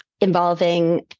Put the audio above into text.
involving